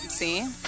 See